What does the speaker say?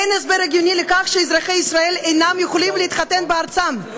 אין הסבר הגיוני לכך שאזרחי ישראל אינם יכולים להתחתן בארצם.